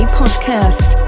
podcast